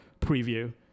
preview